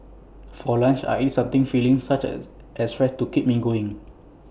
for lunch I eat something filling such as as rice to keep me going